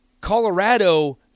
Colorado